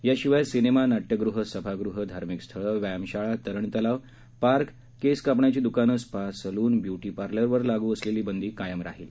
याशिवाय सिनेमा आणि नाट्यगृह सभागृह धार्मिक स्थळं व्यायामशाळा तरण तलाव पार्क केस कापण्याची दुकानं स्पा सलून ब्युटी पार्लरवर लागू असलेली बंदी कायम राहणार आहे